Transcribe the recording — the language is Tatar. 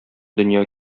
дөнья